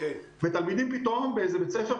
ותלמידים באיזה בית ספר,